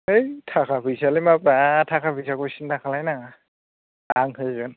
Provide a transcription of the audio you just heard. है थाखा फैसायालाय मा ब्रा थाखा फैसाखौ सिन्था खालायनाङा आं होगोन